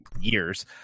Years